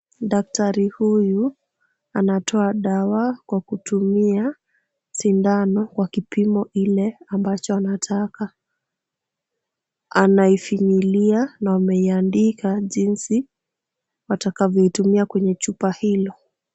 Daktari huyu, anatoa dawa kwa kutumia sindano kwa kipimo ile ambacho anataka. Anaifinyilia na wameiandika jinsi watakavyoitumia kwenye chupa hilo.